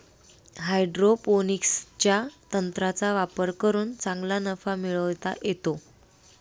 हायड्रोपोनिक्सच्या तंत्राचा वापर करून चांगला नफा मिळवता येतो